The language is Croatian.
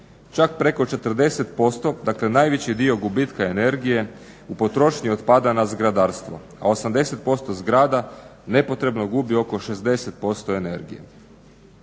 Čak preko 40%, dakle najveći dio gubitka energije, u potrošnji otpada na zgradarstvo, a 80% zgrada nepotrebno gubi oko 60% energije.